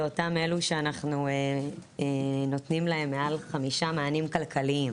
זה אותם אלו שאנחנו נותנים להם מעל חמישה מענים כלכליים.